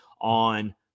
on